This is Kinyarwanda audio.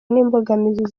n’imbogamizi